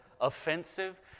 offensive